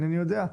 אינני יודע,